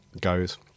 goes